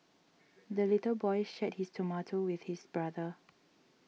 the little boy shared his tomato with his brother